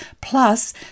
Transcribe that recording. Plus